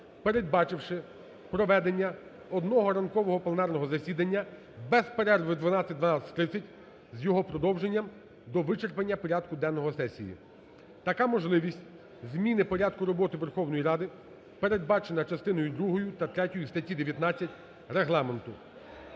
передбачивши проведення одного ранкового пленарного засідання без перерви в 12:00 – 12:30 з його продовженням до вичерпання порядку денного сесії. Така можливість зміни порядку роботи Верховної Ради передбачена частиною другою та третьою статті 19 Регламенту.